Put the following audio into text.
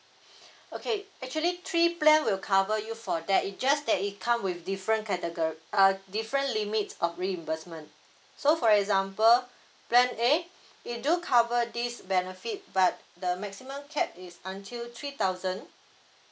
okay actually three plan will cover you for that it just that it come with different category uh different limits of reimbursement so for example plan A it do cover this benefit but the maximum cap is until three thousand